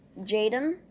Jaden